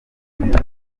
gukomeza